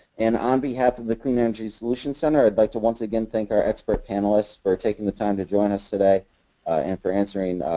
and on behalf of the clean energy solution center, i would like to once again thank our expert panelists for taking the time to join us today and for answering,